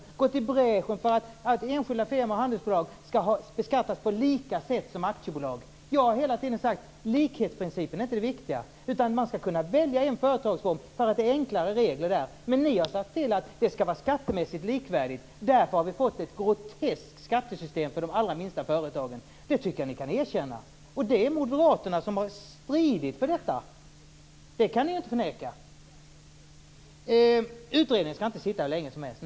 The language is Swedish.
Man har gått i bräschen för att enskilda firmor och handelsbolag skall beskattas på samma sätt som aktiebolag. Jag har hela tiden sagt att likhetsprincipen inte är det viktiga, utan man skall kunna välja en företagsform för att det är enklare regler. Men ni har sett till att det skall vara skattemässigt likvärdigt. Därför har vi fått ett groteskt skattesystem för de allra minsta företagen. Det tycker jag att ni kan erkänna. Moderaterna har stridit för detta. Det kan ni inte förneka. Utredningar skall inte sitta hur länge som helst.